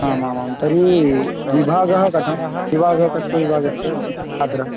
आमामां तर्हि विभागः कथं विभागः कस्य विभागस्य छात्रः